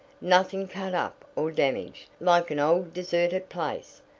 nothing cut up or damaged, like an old, deserted place.